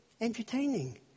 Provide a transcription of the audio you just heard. entertaining